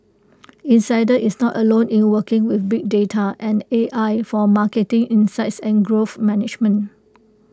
insider is not alone in working with big data and A I for marketing insights and growth management